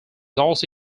also